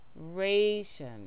ration